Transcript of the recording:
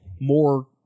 more